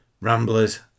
Ramblers